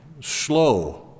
slow